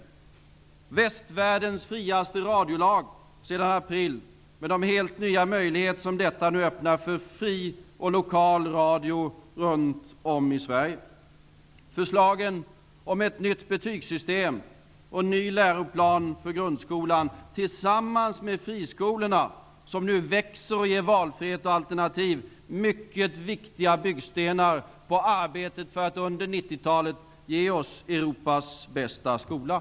Vi har sedan april västvärldens friaste radiolag, med de helt nya möjligheter som detta nu öppnar för en fri lokal radio runt om i Sverige. Förslagen om ett nytt betygssystem och en ny läroplan för grundskolan, tillsammans med friskolorna som nu växer och ger valfrihet och alternativ, är mycket viktiga byggstenar i arbetet för att under 90-talet ge oss Europas bästa skola.